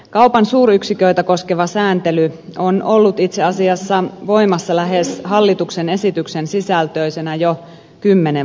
kaupan suuryksiköitä koskeva sääntely on ollut itse asiassa voimassa lähes hallituksen esityksen sisältöisenä jo kymmenen vuoden ajan